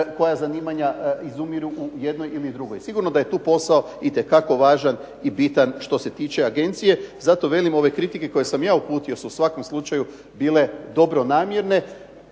koja zanimanja izumiru u jednoj ili drugoj. Sigurno da je tu posao itekako važan i bitan što se tiče agencije. Zato velim ove kritike koje sam ja uputio su u svakom slučaju bile dobronamjerne